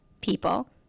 people